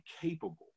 capable